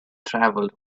travelled